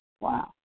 Wow